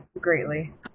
greatly